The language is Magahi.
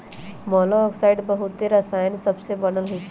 मोलॉक्साइड्स बहुते रसायन सबसे बनल होइ छइ